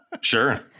Sure